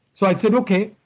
so i said, okay.